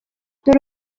dore